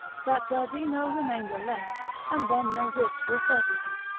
that there be no remainder left, and then know this for a certainty,